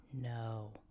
no